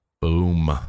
Boom